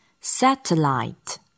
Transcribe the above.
Satellite